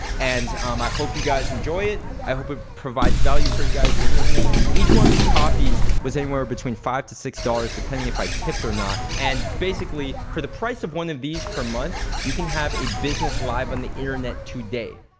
and um i hope you guys enjoy it, i hope it provides value for you guys but you can see each one of these coffees was anywhere between five to six dollars depending on if i tipped or not and basically, for the price of one of these per month, you can have a business live on the internet today,